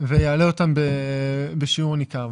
ויעלה אותם בשיעור ניכר.